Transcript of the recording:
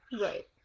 Right